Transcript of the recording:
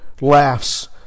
laughs